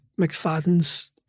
McFadden's